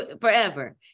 forever